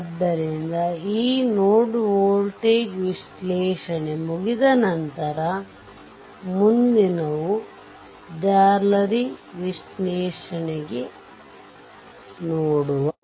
ಆದ್ದರಿಂದ ಈ node voltage ವಿಶ್ಲೇಷಣೆ ಮುಗಿದ ನಂತರ ಮುಂದಿನವು ಜಾಲರಿ ವಿಶ್ಲೇಷಣೆನೋಡುವ